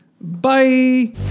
Bye